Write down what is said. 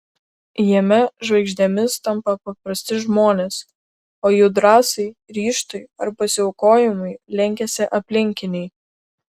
jame žvaigždėmis tampa paprasti žmonės o jų drąsai ryžtui ar pasiaukojimui lenkiasi aplinkiniai